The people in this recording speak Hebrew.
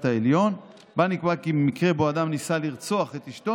העליון שבה נקבע כי במקרה שבו אדם ניסה לרצוח את אשתו,